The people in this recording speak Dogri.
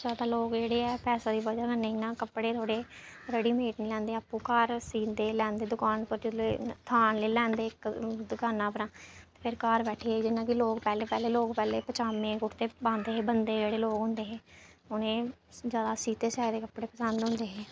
जैदा लोक जेह्ड़े ऐ पैसें दी बजह कन्नै इ'यां कपड़े थोह्ड़े रेडी मेड निं लैंदे ऐ आपूं घर सींदे लैंदे दकान पर जिल्लै थान लेई लैंदे इक दकाना परा फिर घर बैठिये जियां कि लोक पैह्लें पैह्लें लोक पचामें कुर्ते पांदे हे बंदे जेह्ड़े लोक होंदे हे उ'नेंगी जैदा सीते सेआए दे कपड़े पसंद होंदे हे